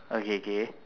okay K